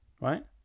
right